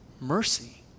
mercy